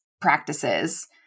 practices